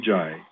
Jai